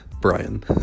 Brian